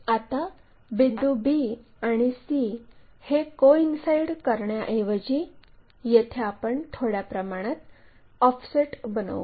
आता बिंदू b आणि c हे कोइन्साईड करण्याऐवजी येथे आपण थोड्या प्रमाणात ऑफसेट बनवू